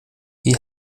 wie